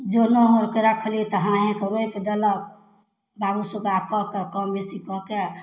जनो आरके रखली तऽ हाँइ हाँइके रोपि देलक बाबू सुग्गा कऽके कम बेसी कऽके